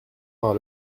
par